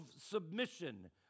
submission